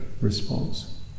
response